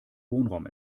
wohnraum